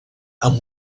amb